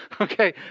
Okay